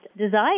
desire